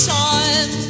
time